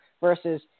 versus